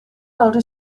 older